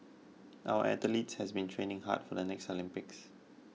our athletes have been training hard for the next Olympics